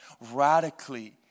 radically